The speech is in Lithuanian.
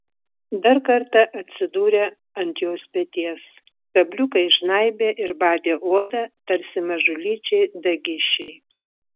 dar kartą atsidūrė ant jos peties kabliukai žnaibė ir badė odą tarsi mažulyčiai dagišiai